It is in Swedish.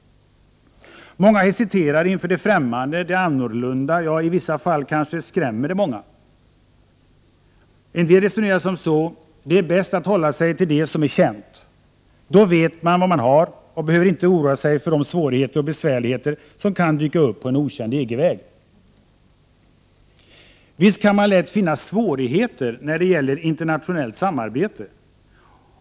Många hesiterar inför det ffrämmande, det annorlunda — ja, i vissa fall kanske det skrämmer. En del resonerar som så: Det är bäst att hålla sig till det som är känt. Då vet man vad man har och behöver inte oroa sig för de svårigheter och besvärligheter som kan dyka upp på en okänd EG-väg. Visst kan man lätt finna svårigheter när det gäller internationellt samarbete.